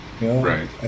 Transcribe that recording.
Right